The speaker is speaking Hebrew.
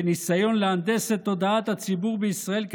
בניסיון להנדס את תודעת הציבור בישראל,